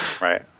right